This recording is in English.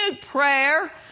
prayer